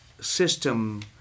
system